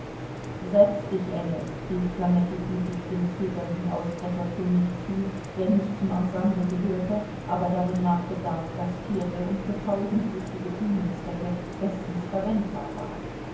setz dich engel rief flametti gütig dem zögernden ausbrecherkönig zu der nicht zum ensemble gehörte aber darin nach bedarf gastierte und für tausend wichtige bühnenzwecke bestens verwendbar war